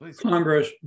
Congress